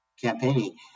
campaigning